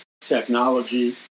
technology